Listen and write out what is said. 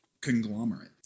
Conglomerate